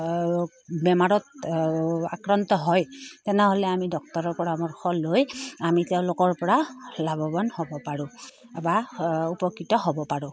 বেমাৰত আক্ৰান্ত হয় তেনেহ'লে আমি ডাক্তৰৰ পৰামৰ্শ লৈ আমি তেওঁলোকৰপৰা লাভৱান হ'ব পাৰোঁ বা উপকৃত হ'ব পাৰোঁ